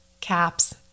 caps